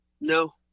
No